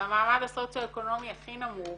במעמד הסוציו-אקונומי הכי נמוך